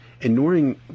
Ignoring